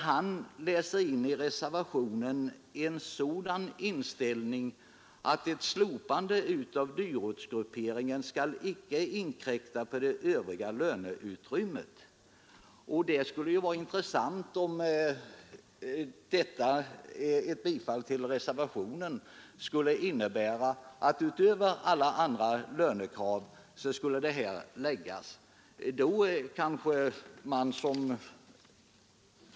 Han läser i reservationen in den inställningen att ett slopande av dyrortsgrupperingen icke skall inkräkta på löneutrymmet. Det vore ju intressant om ett bifall till reservationen skulle innebära att detta krav skulle komma utöver alla andra lönekrav.